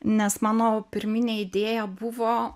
nes mano pirminė idėja buvo